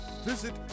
visit